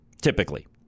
Typically